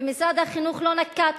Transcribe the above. ומשרד החינוך לא נקט,